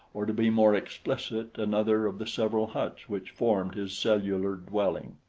or to be more explicit, another of the several huts which formed his cellular dwelling.